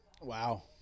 Wow